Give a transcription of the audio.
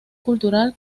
cultural